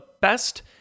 best